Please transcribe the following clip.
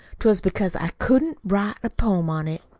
twas because i couldn't write a poem on it.